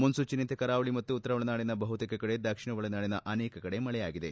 ಮುನ್ಸೂಚನೆಯಂತೆ ಕರಾವಳಿ ಮತ್ತು ಉತ್ತರ ಒಳನಾಡಿನ ಬಹುತೇಕ ಕಡೆ ದಕ್ಷಿಣ ಒಳನಾಡಿನ ಅನೇಕ ಕಡೆ ಮಳೆಯಾಗಿದೆ